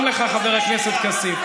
שלום לך, חבר הכנסת כסיף.